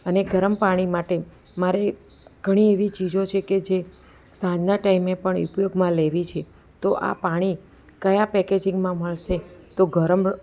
અને ગરમ પાણી માટે મારે ઘણી એવી ચીજો છે કે સાંજના ટાઈમે પણ ઉપયોગમાં લેવી છે તો આ પાણી કયા પેકેજિંગમાં મળશે તો ગરમ